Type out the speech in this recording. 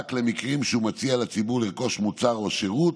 למקרים שהוא מציע לציבור לרכוש מוצר או שירות.